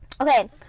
Okay